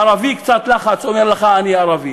ערבי, קצת לחץ, אומר לך: אני ערבי.